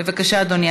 בבקשה, אדוני.